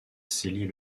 sellier